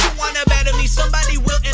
wanna bad at least somebody will